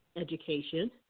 education